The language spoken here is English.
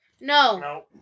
No